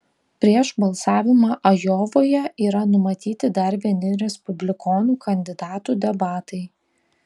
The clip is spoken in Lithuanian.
prieš balsavimą ajovoje yra numatyti dar vieni respublikonų kandidatų debatai